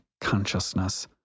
consciousness